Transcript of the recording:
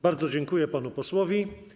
Bardzo dziękuję panu posłowi.